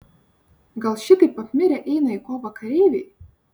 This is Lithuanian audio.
gal šitaip apmirę eina į kovą kareiviai